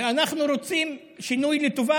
ואנחנו רוצים שינוי לטובה,